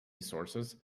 sources